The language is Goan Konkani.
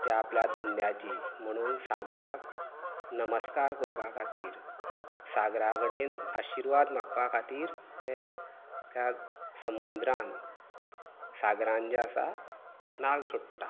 त्या आपल्या धंद्याची म्हणुन सागराक नमस्कार करपाक खातीर सागरा कडेन आशिर्वाद मागपा खातीर ते त्या समुद्रांत सागरांत जे आसा नाल्ल सोडटात